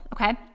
Okay